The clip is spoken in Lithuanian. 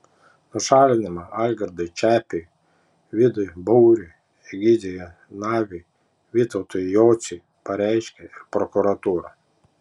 nušalinimą algirdui čepiui vidui baurui egidijui naviui vytautui jociui pareiškė ir prokuratūra